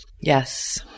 Yes